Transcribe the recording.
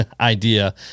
idea